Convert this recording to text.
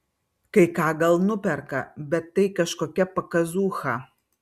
kai ką gal nuperka bet tai kažkokia pakazūcha